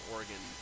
Oregon